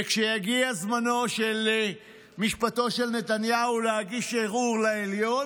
וכשיגיע זמנו של משפטו של נתניהו להגיש ערעור לעליון,